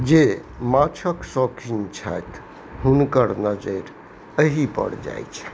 जे माछके शौकीन छथि हुनकर नजरि एहिपर जाइ छै